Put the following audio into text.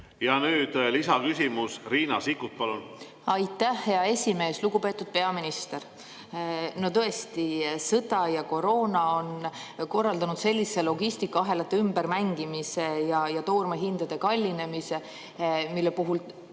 Ja nüüd lisaküsimus. Riina Sikkut, palun! Aitäh, hea esimees! Lugupeetud peaminister! Tõesti, sõda ja koroona on korraldanud sellise logistikaahelate ümbermängimise ja toormehindade kallinemise, mille puhul